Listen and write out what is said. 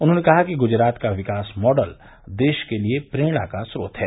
उन्होंने कहा कि गुजरात का विकास मॉडल देश के लिये प्रेरणा का स्रोत है